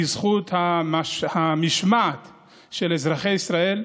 בזכות המשמעת של אזרחי ישראל,